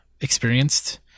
experienced